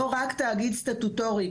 לא רק תאגיד סטטוטורי,